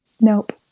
Nope